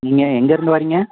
நீங்கள் எங்கேருந்து வரீங்க